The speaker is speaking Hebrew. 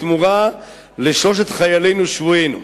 בתמורה לשלושת שבויינו.